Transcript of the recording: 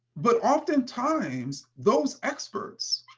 but oftentimes, those experts,